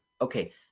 Okay